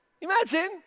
imagine